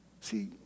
See